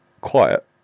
quiet